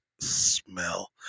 smell